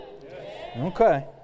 Okay